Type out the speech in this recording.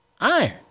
Iron